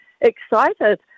excited